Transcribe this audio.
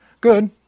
Good